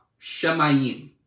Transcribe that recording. shemayim